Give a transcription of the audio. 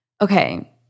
okay